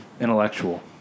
intellectual